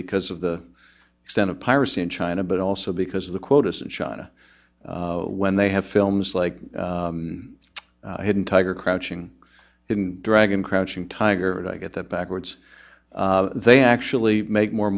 because of the extent of piracy in china but also because of the quotas and china when they have films like hidden tiger crouching hidden dragon crouching tiger i get that backwards they actually make more